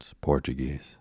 Portuguese